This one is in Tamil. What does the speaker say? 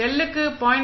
எல் க்கு 0